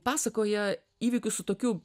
pasakoja įvykius su tokiu